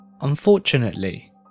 unfortunately